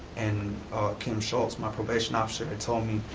and kim schultz, my probation officer had told me,